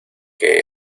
que